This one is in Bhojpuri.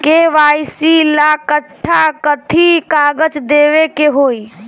के.वाइ.सी ला कट्ठा कथी कागज देवे के होई?